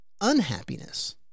unhappiness